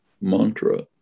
mantra